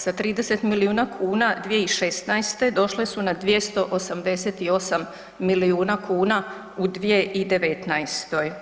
Sa 30 milijuna kuna 2016. došle su na 288 milijuna kuna u 2019.